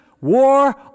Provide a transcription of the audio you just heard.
war